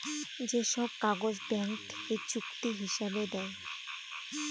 যে সব কাগজ ব্যাঙ্ক থেকে চুক্তি হিসাবে দেয়